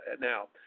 now